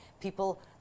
People